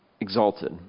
exalted